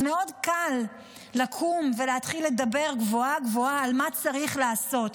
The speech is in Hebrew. אז מאוד קל לקום ולהתחיל לדבר גבוהה-גבוהה על מה צריך לעשות.